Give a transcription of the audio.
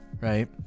right